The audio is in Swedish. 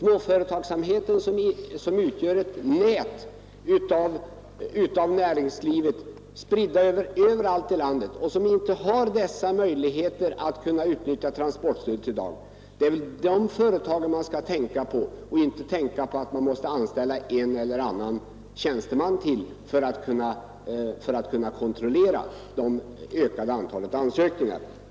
Jag avser småföretagen som är spridda överallt i landet som ett nät och som i dag inte har möjligheter att utnyttja transportstödet. Det är de företagen vi skall tänka på och inte på att man måste anställa ytterligare en eller annan tjänsteman för kontroll av det ökade antalet ansökningar.